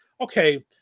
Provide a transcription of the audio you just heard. Okay